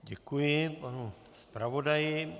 Děkuji panu zpravodaji.